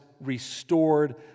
restored